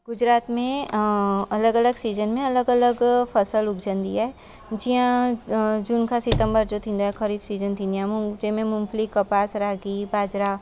गुजरात में अलॻि अलॻि सीज़न में अलॻि अलॻि फ़सुलु उगजंदी आहे जीअं जून खां सितम्बर जो थींदो आहे ख़राबु सीज़न थींदी आहे मूंग जेमें मूंगफली कपास रागी बाजरा